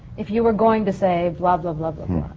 if you were going to say. blah blah blah but